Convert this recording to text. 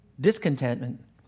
Discontentment